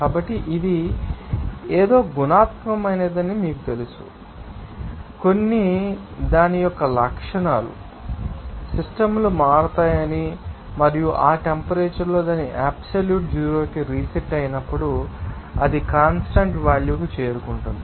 కాబట్టి ఇది ఏదో గుణాత్మకమైనదని మీకు తెలుసు మీకు తెలుసా కొన్ని దాని యొక్క లక్షణాలు మీకు తెలుసని సిస్టమ్ లు మారుతాయని మీకు తెలుసు మరియు ఈ టెంపరేచర్ దాని అబ్సల్యూట్ జీరో కి రీసెట్ అయినప్పుడు అది కాన్స్టాంట్ వాల్యూ కు చేరుకుంటుంది